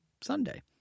Sunday